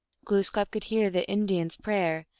glooskap could hear the indian s prayer,